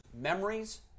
memories